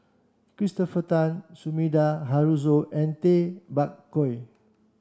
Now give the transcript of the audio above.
Christopher Tan Sumida Haruzo and Tay Bak Koi